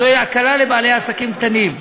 זו הקלה לבעלי עסקים קטנים.